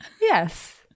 yes